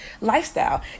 lifestyle